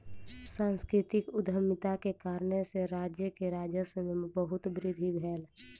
सांस्कृतिक उद्यमिता के कारणेँ सॅ राज्य के राजस्व में बहुत वृद्धि भेल